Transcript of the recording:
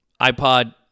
iPod